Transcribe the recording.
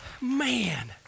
Man